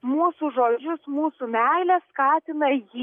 mūsų žodžius mūsų meilę skatina jį